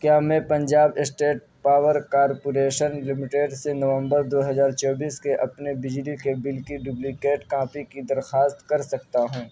کیا میں Punjab state power corporation limited سے نومبر دو ہزار چوبیس کے اپنے بجلی کے بل کی ڈبلیکیٹ کاپی کی درخواست کر سکتا ہوں